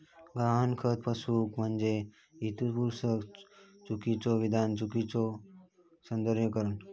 गहाणखत फसवणूक म्हणजे हेतुपुरस्सर चुकीचो विधान, चुकीचो सादरीकरण